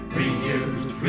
reused